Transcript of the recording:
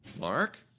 Mark